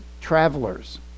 travelers